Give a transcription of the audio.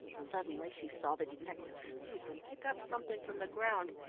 suddenly she saw the detective stoop and pick up something from the ground,